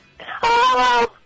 Hello